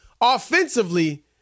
Offensively